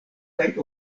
kaj